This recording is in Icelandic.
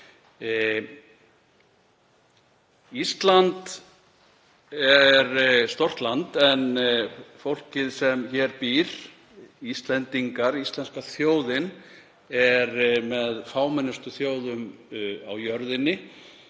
Ísland er stórt land en fólkið sem hér býr, Íslendingar, íslenska þjóðin, er með fámennustu þjóðum á jörðinni.